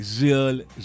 real